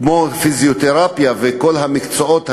כמו פיזיותרפיה וכל המקצועות הנלווים,